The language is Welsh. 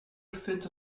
wrthynt